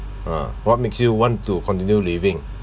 uh what makes you want to continue living